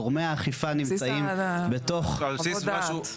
גורמי האכיפה נמצאים בתוך --- על בסיס חוות הדעת.